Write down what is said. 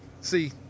See